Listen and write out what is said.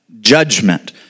judgment